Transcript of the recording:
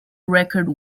record